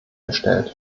gestellt